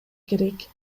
керек